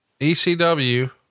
ECW